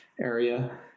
area